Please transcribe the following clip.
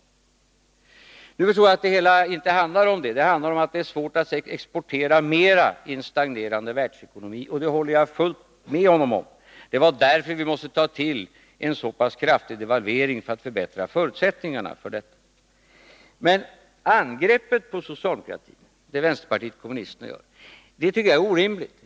Nu är det så att det hela inte handlar om det. Det handlar om att det är svårt att exportera mera i en stagnerande världsekonomi. Det håller jag fullkomligt med honom om. Det var därför vi måste ta till en så pass kraftig devalvering, för att förbättra förutsättningarna för detta. Men det angrepp på socialdemokraterna som vänsterpartiet kommunisterna gör är orimligt.